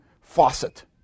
faucet